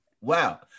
Wow